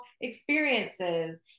experiences